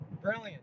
Brilliant